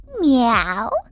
Meow